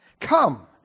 Come